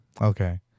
Okay